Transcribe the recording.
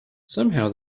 somehow